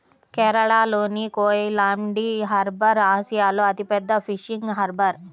కేరళలోని కోయిలాండి హార్బర్ ఆసియాలో అతిపెద్ద ఫిషింగ్ హార్బర్